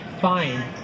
fine